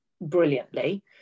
brilliantly